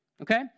okay